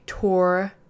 tour